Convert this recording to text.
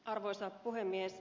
arvoisa puhemies